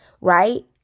right